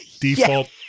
default